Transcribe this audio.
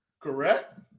Correct